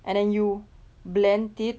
and then you blend it